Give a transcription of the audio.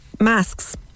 masks